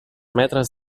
metres